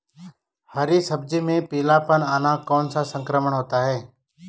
हरी सब्जी में पीलापन आना कौन सा संक्रमण होता है?